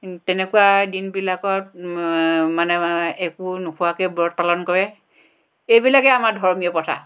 তেনেকুৱা দিনবিলাকত মানে একো নোখোৱাকৈ ব্ৰত পালন কৰে এইবিলাকেই আমাৰ ধৰ্মীয় প্ৰথা